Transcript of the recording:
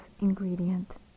ingredient